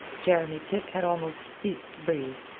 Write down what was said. jeremy pitt had almost ceased to breathe.